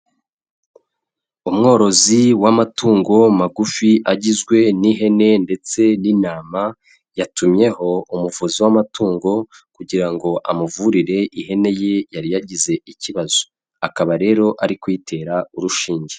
Umworozi w'amatungo magufi agizwe n'ihene ndetse n'intama yatumyeho umuvuzi w'amatungo kugira ngo amuvurire ihene ye yari yagize ikibazo, akaba rero ari kuyitera urushinge.